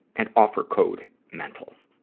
and offer code mental.